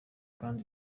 kandi